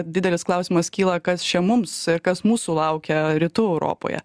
didelis klausimas kyla kas čia mums ir kas mūsų laukia rytų europoje